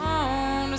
on